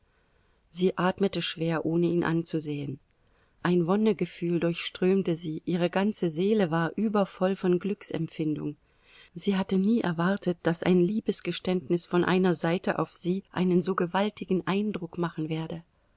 sie atmete schwer ohne ihn anzusehen ein wonnegefühl durchströmte sie ihre ganze seele war übervoll von glücksempfindung sie hatte nie erwartet daß ein liebesgeständnis von einer seite auf sie einen so gewaltigen eindruck machen werde